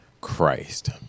Christ